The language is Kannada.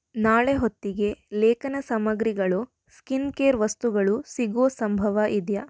ನಾಳೆ ಹೊತ್ತಿಗೆ ಲೇಖನ ಸಾಮಗ್ರಿಗಳು ಸ್ಕಿನ್ ಕೇರ್ ವಸ್ತುಗಳು ಸಿಗೋ ಸಂಭವ ಇದೆಯಾ